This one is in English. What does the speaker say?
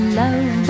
love